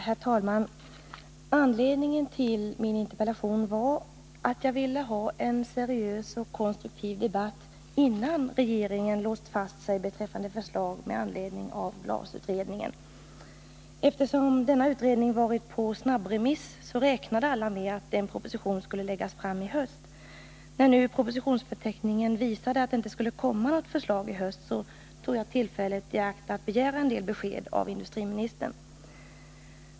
Herr talman! Anledningen till min interpellation var att jag ville ha en seriös och konstruktiv debatt innan regeringen låst fast sig beträffande förslag med anledning av glasutredningen. Eftersom denna utredning varit på snabbremiss räknade alla med att en proposition skulle läggas fram i höst. När nu propositionsförteckningen visade att det inte skulle komma något förslag i höst, tog jag tillfället i akt att begära en del besked av industriministern.